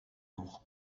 nog